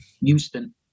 Houston